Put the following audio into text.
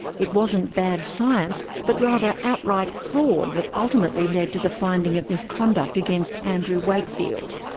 it wasn't bad science but rather outright fraud that ultimately led to the finding of misconduct against andrew wakefield.